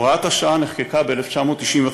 הוראת השעה נחקקה ב-1995,